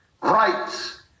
rights